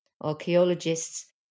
archaeologists